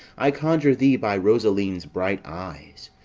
i conjure thee by rosaline's bright eyes.